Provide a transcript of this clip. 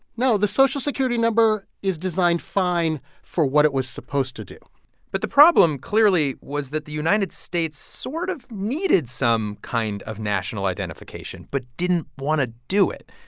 no. the social security number is designed fine for what it was supposed to do but the problem, clearly, was that the united states sort of needed some kind of national identification but didn't want to do it,